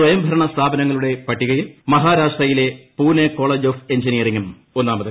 സ്വയംഭരണ സ്ഥാപനങ്ങളുടെ പട്ടികയിൽ മഹാരാഷ്ട്രയിലെ പൂനെ കോളേജ് ഓഫ് എഞ്ചിനീയറിംഗും ഒന്നാമതെത്തി